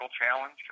challenge